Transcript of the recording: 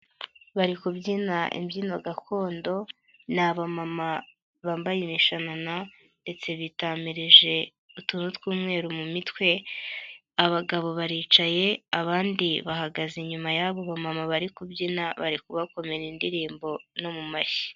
Bari kubyina imbyino gakondo ni aba mama bambaye imishanana ndetse bitamirije utuntu tw'umweru mu mitwe, abagabo baricaye, abandi bahagaze inyuma yabo bamama bari kubyina, bari kubakomera indirimbo no mu mashyi.